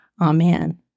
Amen